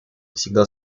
всегда